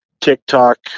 TikTok